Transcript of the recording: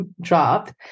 dropped